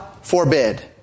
forbid